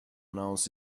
announce